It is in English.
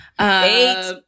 Eight